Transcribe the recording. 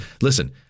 listen